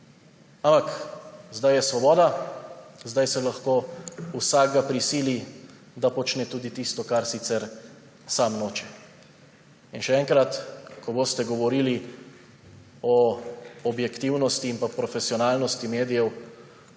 Ampak zdaj je svoboda, zdaj se lahko vsakega prisili, da počne tudi tisto, česar sicer sam noče. In še enkrat, ko boste govorili o objektivnosti in pa profesionalnosti medijev,